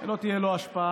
ולא תהיה לו השפעה,